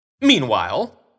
Meanwhile